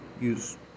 use